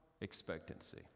expectancy